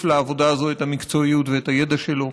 לעבודה הזאת את המקצועיות ואת הידע שלו.